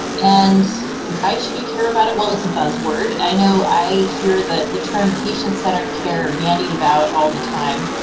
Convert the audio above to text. and why should you care about it. well, it's a buzzword i know. i hear the the term patient-centered care bandied about all the time,